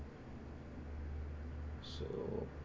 so